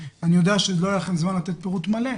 אני יודע שלא יהיה לכם זמן עכשיו לתת לנו פירוט מלא,